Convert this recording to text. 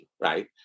right